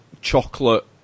chocolate